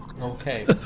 Okay